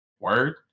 word